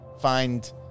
find